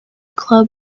club